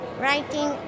writing